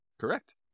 correct